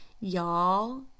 Y'all